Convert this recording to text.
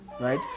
right